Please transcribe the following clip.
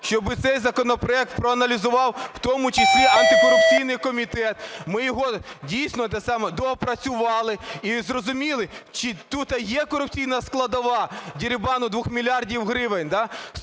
щоб цей законопроект проаналізував в тому числі антикорупційний комітет, ми його дійсно доопрацювали і зрозуміли, чи тут є корупційна складова дерибану 2 мільярдів гривень,